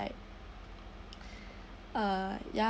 uh ya